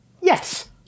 yes